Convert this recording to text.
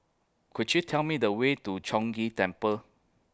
Could YOU Tell Me The Way to Chong Ghee Temple